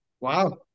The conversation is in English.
Wow